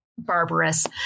Barbarous